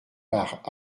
par